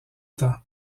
temps